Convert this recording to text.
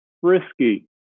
Frisky